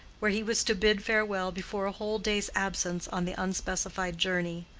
where he was to bid farewell before a whole day's absence on the unspecified journey.